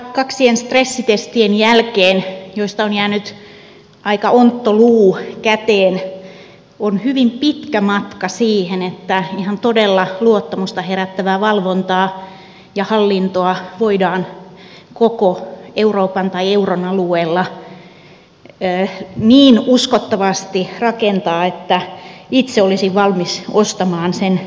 kaksien stressitestien jälkeen joista on jäänyt aika ontto luu käteen on hyvin pitkä matka siihen että ihan todella luottamusta herättävää valvontaa ja hallintoa voidaan koko euroopan tai euron alueella niin uskottavasti rakentaa että itse olisin valmis ostamaan sen liittovaltiopaketin